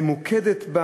ממוקדת,